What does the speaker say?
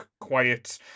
quiet